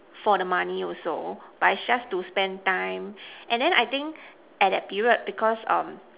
for the money also but is just to spend time and then I think at that period because um